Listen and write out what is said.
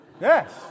yes